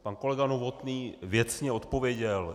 Pan kolega Novotný věcně odpověděl.